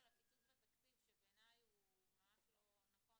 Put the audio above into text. הקיצוץ בתקציב שבעיניי הוא ממש לא נכון,